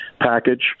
package